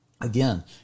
Again